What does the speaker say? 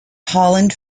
holland